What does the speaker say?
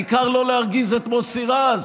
העיקר לא להרגיז את מוסי רז.